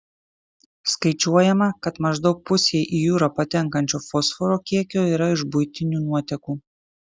skaičiuojama kad maždaug pusė į jūrą patenkančio fosforo kiekio yra iš buitinių nuotekų